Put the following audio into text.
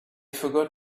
forgot